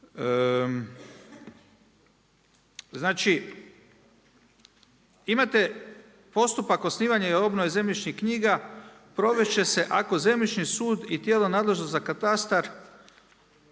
znači imate postupak osnivanja i obnove zemljišnih knjiga provest će se ako Zemljišni sud i tijelo nadležno za katastar